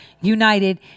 united